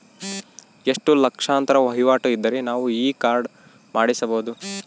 ಎಷ್ಟು ಲಕ್ಷಾಂತರ ವಹಿವಾಟು ಇದ್ದರೆ ನಾವು ಈ ಕಾರ್ಡ್ ಮಾಡಿಸಬಹುದು?